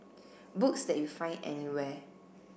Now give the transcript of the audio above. books that you find anywhere